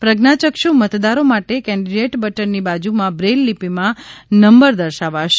પ્રજ્ઞાયક્ષુ મતદારો માટે કેન્ડિડેટ બટનની બાજુમાં બ્રેઇલ લીપીમાં નંબર દર્શાવાશે